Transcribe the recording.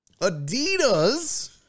Adidas